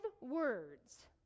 words